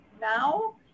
Now